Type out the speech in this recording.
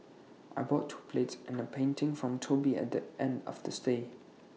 I bought two plates and A painting from Toby at the end of the stay